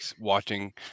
watching